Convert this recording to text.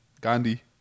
Gandhi